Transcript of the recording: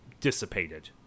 dissipated